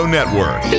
Network